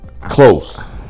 Close